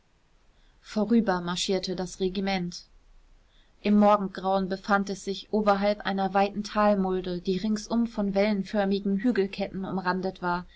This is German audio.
vorüber marschierte das regiment im morgengrauen befand es sich oberhalb einer weiten talmulde die ringsum von wellenförmigen hügelketten umrandet war